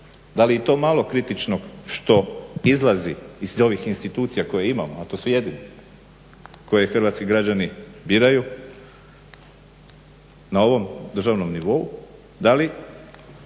Da li i to malo kritičnog što izlazi iz ovih institucija koje imamo, a to su jedine koje hrvatski građani biraju na ovom državnom nivou, da li